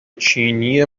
چینی